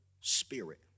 spirit